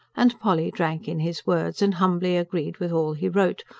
and polly drank in his words, and humbly agreed with all he wrote,